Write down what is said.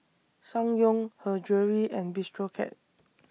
Ssangyong Her Jewellery and Bistro Cat